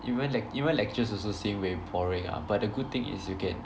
even even lectures also seem very boring ah but the good thing is you can